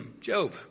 Job